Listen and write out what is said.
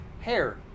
Hair